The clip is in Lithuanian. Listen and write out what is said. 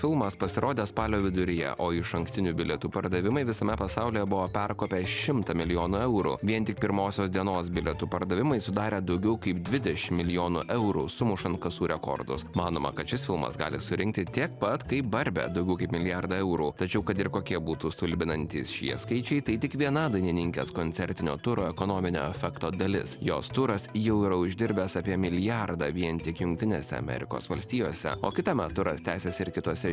filmas pasirodė spalio viduryje o išankstinių bilietų pardavimai visame pasaulyje buvo perkopę šimtą milijonų eurų vien tik pirmosios dienos bilietų pardavimai sudarė daugiau kaip dvidešim milijonų eurų sumušant kasų rekordus manoma kad šis filmas gali surinkti tiek pat kaip barbė daugiau kaip milijardą eurų tačiau kad ir kokie būtų stulbinantys šie skaičiai tai tik viena dainininkės koncertinio turo ekonominio efekto dalis jos turas jau yra uždirbęs apie milijardą vien tik jungtinėse amerikos valstijose o kitąmet turas tęsis ir kituose